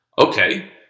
Okay